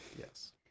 Yes